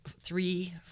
three